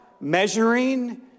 measuring